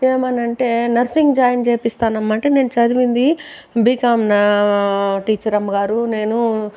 ఏమనంటే nursing join చేయిపిస్తానమ్మా అంటే నేను చదివింది బీకామ్ నా టీచర్ అమ్మ గారు నేను